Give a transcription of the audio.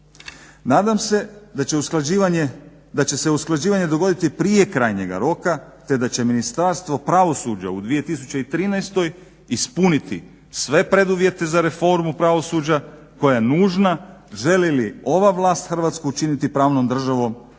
Nadam se da će se usklađivanje dogoditi prije krajnjega roka te da će Ministarstvo pravosuđa u 2013.ispuniti sve preduvjete za reformu pravosuđa koja je nužna želi li ova vlast Hrvatsku učiniti pravnom državnom,